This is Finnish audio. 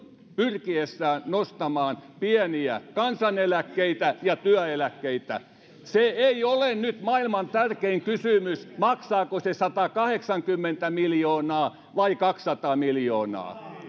pyrkiessään nostamaan pieniä kansaneläkkeitä ja työeläkkeitä se ei ole nyt maailman tärkein kysymys maksaako se satakahdeksankymmentä miljoonaa vai kaksisataa miljoonaa